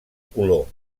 color